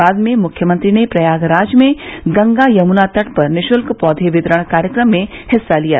बाद में मुख्यमंत्री ने प्रयागराज में गंगा युमना तट पर निशुल्क पौधे वितरण कार्यक्रम में हिस्सा लिया